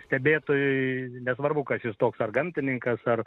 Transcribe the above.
stebėtojui nesvarbu kas jūs toks ar gamtininkas ar